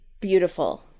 beautiful